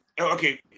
okay